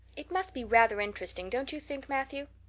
it must be rather interesting, don't you think, matthew?